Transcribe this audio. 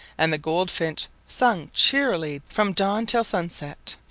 and the goldfinch sung cheerily from dawn till sunset.